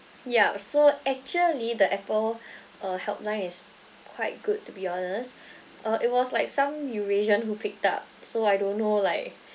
yeah so actually the apple uh helpline is quite good to be honest uh it was like some eurasian who picked up so I don't know like